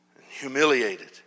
Humiliated